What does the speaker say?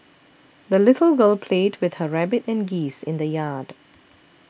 the little girl played with her rabbit and geese in the yard